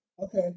Okay